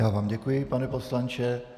Já vám děkuji, pane poslanče.